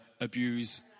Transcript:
abuse